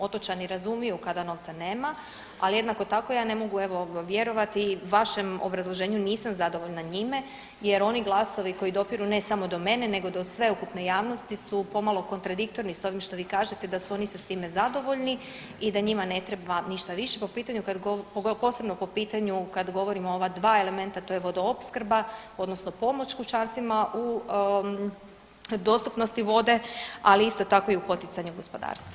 Otočani razumiju kada novca nema, ali jednako tako, ja ne mogu, evo, vjerovati vašem obrazloženju, nisam zadovoljna njima jer oni glasovi koji dopiru, ne samo do mene nego do sveukupne javnosti su pomalo kontradiktorni s ovim što vi kažete da su oni sa svime zadovoljni i da njima ne treba ništa više po pitanju, posebno po pitanju kad govorimo o ova 2 elementa, to je vodoopskrba, odnosno pomoć kućanstvima u dostupnosti vode, ali isto tako i u poticanju gospodarstva.